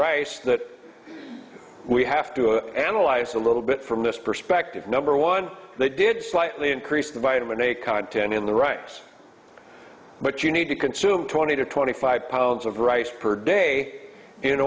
rice that we have to analyze a little bit from this perspective number one they did slightly increase the vitamin a content in the rights but you need to consume twenty to twenty five pounds of rice per day in